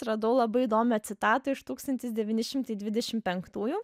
radau labai įdomią citatą iš tūkstantis devyni šimtai dvidešim penktųjų